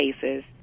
cases